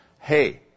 hey